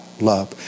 love